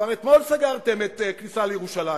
כבר אתמול סגרתם את הכניסה לירושלים.